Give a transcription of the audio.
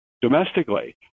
domestically